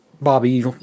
Bobby